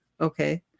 Okay